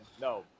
no